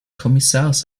kommissars